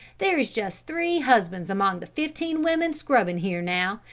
there's just three husbands among the fifteen women scrubbin' here now,